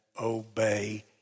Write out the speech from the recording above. obey